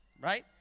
right